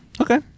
Okay